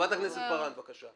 חברת הכנסת פארן, בבקשה.